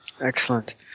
Excellent